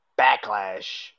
backlash